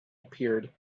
appeared